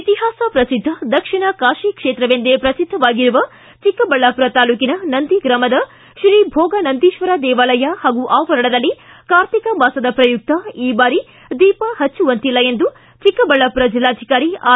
ಇತಿಹಾಸ ಪ್ರಸಿದ್ಧ ದಕ್ಷಿಣ ಕಾತೀ ಕ್ಷೇತ್ರವೆಂದೇ ಪ್ರಸಿದ್ಧವಾಗಿರುವ ಚಿಕ್ಕಬಳ್ಳಾಪುರ ತಾಲೂಕಿನ ನಂದಿ ಗ್ರಾಮದ ಶ್ರೀ ಭೋಗನಂದೀತ್ವರ ದೇವಾಲಯ ಹಾಗೂ ಆವರಣದಲ್ಲಿ ಕಾರ್ತಿಕ ಮಾಸದ ಪ್ರಯುಕ್ತ ಈ ಬಾರಿ ದೀಪ ಪಚ್ಚಿವಂತಿಲ್ಲ ಎಂದು ಚಿಕ್ಕಬಳ್ಳಾಪುರ ಜಿಲ್ಲಾಧಿಕಾರಿ ಆರ್